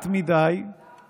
אז למה לא עושים,